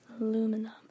aluminum